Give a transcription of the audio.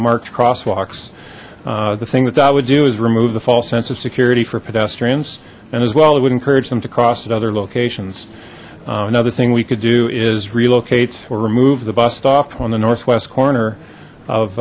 marked crosswalks the thing that that would do is remove the false sense of security for pedestrians and as well it would encourage them to cross at other locations another thing we could do is relocate or remove the bus stop on the northwest corner of